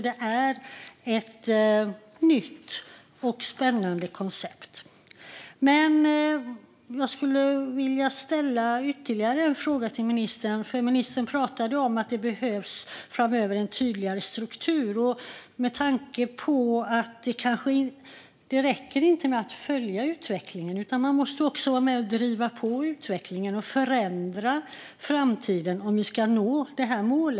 Det är alltså ett nytt och spännande koncept. Jag skulle vilja ställa ytterligare en fråga till ministern. Han talade om att det framöver behövs en tydligare struktur. Men det räcker inte med att följa utvecklingen. Man måste också vara med och driva på utvecklingen och förändra framtiden om vi ska nå detta mål.